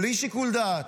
בלי שיקול דעת,